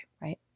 right